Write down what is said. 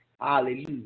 Hallelujah